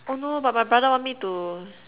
oh no but my brother want me to